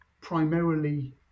primarily